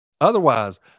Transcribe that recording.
Otherwise